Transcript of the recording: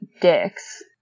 dicks